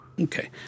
Okay